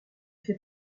fait